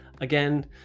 again